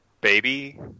baby